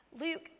Luke